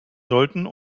sollten